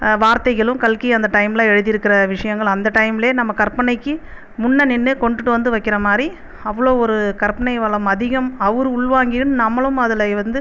வார்த்தைகளும் கல்கி அந்த டைம்மில் எழுதியிருக்குற விஷயங்கள் அந்த டைமில் நம்ம கற்பனைக்கு முன்னே நின்று கொண்டுட்டு வந்து வைக்கிற மாதிரி அவ்வளோ ஒரு கற்பனை வளம் அதிகம் அவர் உள்வாங்கியும் நம்மளும் அதில் வந்து